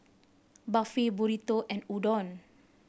Barfi Burrito and Udon